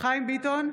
חיים ביטון,